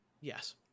Yes